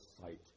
sight